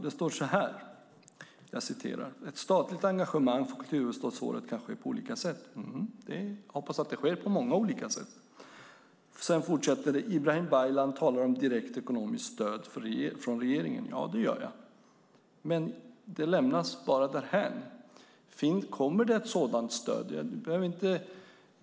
Det står så här: "Ett statligt engagemang för kulturhuvudstadsåret kan ske på olika sätt." Ja, jag hoppas att det sker på många olika sätt. Sedan fortsätter det: "Ibrahim Baylan talar om direkt ekonomiskt stöd från regeringen." Ja, det gör jag. Men detta lämnas bara därhän. Kommer det ett sådant stöd?